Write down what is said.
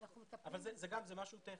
זה משהו טכני.